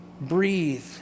breathe